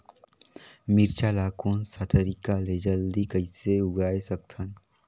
मिरचा ला कोन सा तरीका ले जल्दी कइसे उगाय सकथन?